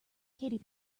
katy